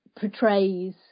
portrays